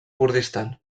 kurdistan